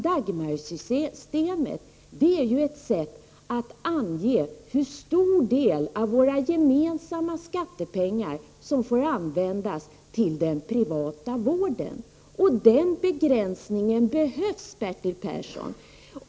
Dagmarsystemet är ett sätt att ange hur stor del av våra gemensamma skattepengar som får användas till den privata vården. Den begränsningen behövs, Bertil Persson.